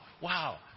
wow